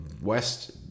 West